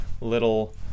little